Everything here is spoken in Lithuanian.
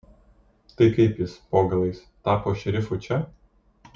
tai kaip jis po galais tapo šerifu čia